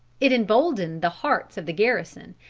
it emboldened the hearts of the garrison,